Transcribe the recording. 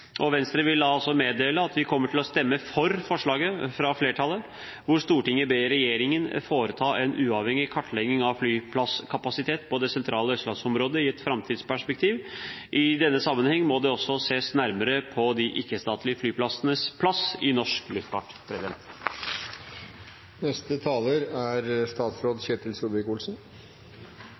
nå. Venstre vil altså meddele at vi kommer til å stemme for forslaget fra flertallet, hvor Stortinget ber regjeringen foreta en uavhengig kartlegging av flyplasskapasiteten i det sentrale østlandsområdet i et framtidsperspektiv. I denne sammenheng må det også sees nærmere på de ikke-statlige flyplassenes plass i norsk luftfart.